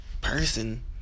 person